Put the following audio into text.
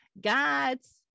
God's